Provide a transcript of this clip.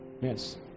Yes